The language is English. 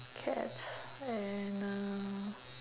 cat and uh